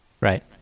Right